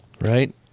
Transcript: right